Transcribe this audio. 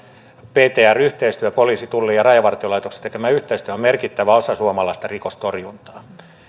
ptr yhteistyö poliisin tullin ja rajavartiolaitoksen tekemä yhteistyö on on merkittävä osa suomalaista rikostorjuntaa